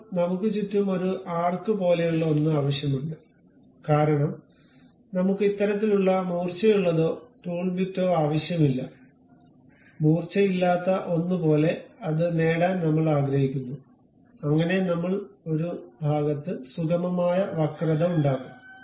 ഇപ്പോൾ നമുക്ക് ചുറ്റും ഒരു ആർക്ക് പോലെയുള്ള ഒന്ന് ആവശ്യമുണ്ട് കാരണം നമ്മുക്ക് ഇത്തരത്തിലുള്ള മൂർച്ചയുള്ളതോ ടൂൾ ബിറ്റോ ആവശ്യമില്ല മൂർച്ചയില്ലാത്ത ഒന്ന് പോലെ അത് നേടാൻ നമ്മൾ ആഗ്രഹിക്കുന്നു അങ്ങനെ നമ്മൾ ഒരു ഭാഗത്ത് സുഗമമായ വക്രത ഉണ്ടാകും